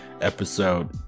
episode